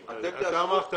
אתם תאשרו --- אמרת